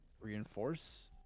reinforce